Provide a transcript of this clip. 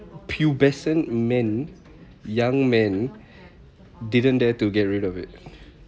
pubescent men young men didn't dare to get rid of it